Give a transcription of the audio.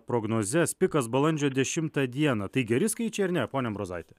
prognozes pikas balandžio dešimtą dieną tai geri skaičiai ar ne pone ambrozaiti